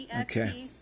Okay